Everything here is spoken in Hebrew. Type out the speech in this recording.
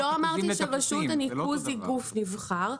לא אמרתי שרשות הניקוז היא גוף נבחר.